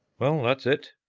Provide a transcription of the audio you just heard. well, that's it.